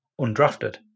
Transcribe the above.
undrafted